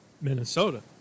Minnesota